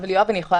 יואב,